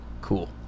cool